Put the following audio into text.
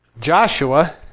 Joshua